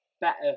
better